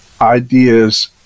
ideas